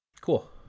cool